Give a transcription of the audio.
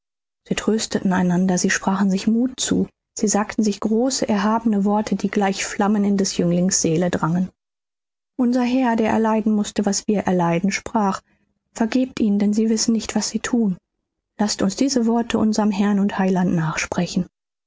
sie trösteten einander sie sprachen sich muth zu sie sagten sich große erhabene worte die gleich flammen in des jünglings seele drangen unser herr der erleiden mußte was wir erleiden sprach vergebt ihnen denn sie wissen nicht was sie thun laßt uns diese worte unserm herrn und heiland nachsprechen